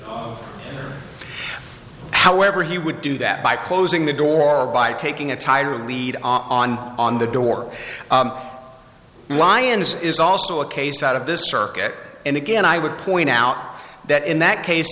however he would do that by closing the door by taking a tire lead on on the door lyons is also a case out of this circuit and again i would point out that in that case